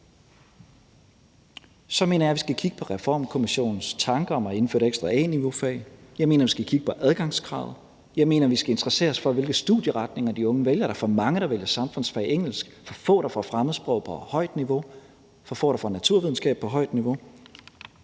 mener jeg, at vi skal kigge på Reformkommissionens tanker om at indføre et ekstra A-niveaufag. Jeg mener, at vi skal kigge på adgangskravet. Jeg mener, at vi skal interessere os for, hvilke studieretninger de unge vælger. Der er for mange, der vælger samfundsfag og engelsk, og for få, der får fremmedsprog på højt niveau, for få, der får naturvidenskab på højt niveau.